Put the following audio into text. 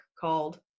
called